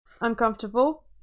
uncomfortable